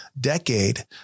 decade